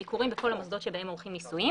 מושב שני פרוטוקול מס'